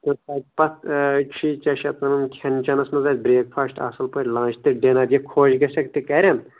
تَتھ چھی کیٛاہ چھِ اَتھ وَنان کھٮ۪ن چٮ۪نَس منٛز اَسہِ برٛیک فاسٹ اَصٕل پٲٹھۍ لَنچ تہٕ ڈِنَر یہِ خۄش گژھٮ۪کھ تہِ کَرَن